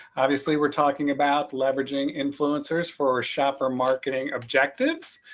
obviously, we're talking about leveraging influencers for our shopper marketing objectives.